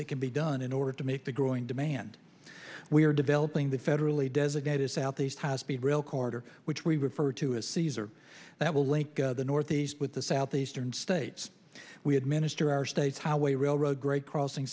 it can be done in order to make the growing demand we are developing the federally designated southeast has speed rail corridor which we refer to as caesar that will link the northeast with the southeastern states we administer our state's highway railroad grade crossing